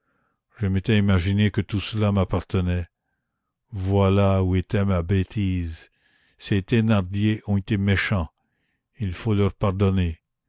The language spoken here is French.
je m'étais imaginé que tout cela m'appartenait voilà où était ma bêtise ces thénardier ont été méchants il faut leur pardonner